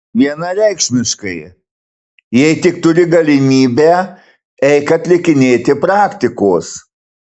vienareikšmiškai jei tik turi galimybę eik atlikinėti praktikos